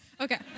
Okay